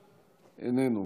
איננו,